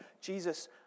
Jesus